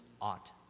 ought